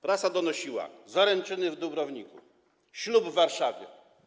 Prasa donosiła: zaręczyny w Dubrowniku, ślub w Warszawie.